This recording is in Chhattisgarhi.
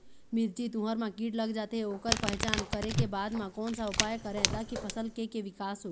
मिर्ची, तुंहर मा कीट लग जाथे ओकर पहचान करें के बाद मा कोन सा उपाय करें ताकि फसल के के विकास हो?